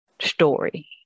story